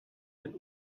ein